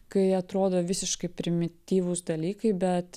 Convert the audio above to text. kai atrodo visiškai primityvūs dalykai bet